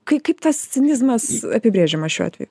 kaip kaip tas cinizmas apibrėžiamas šiuo atveju